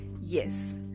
Yes